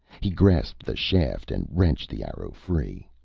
he grasped the shaft and wrenched the arrow free.